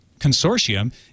consortium